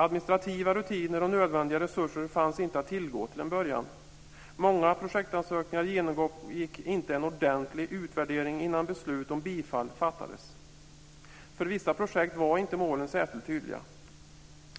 Administrativa rutiner och nödvändiga resurser fanns inte att tillgå till en början. Många projektansökningar genomgick inte en ordentlig utvärdering innan beslut om bifall fattades. För visa projekt var inte målen särskilt tydliga.